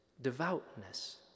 devoutness